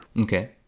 Okay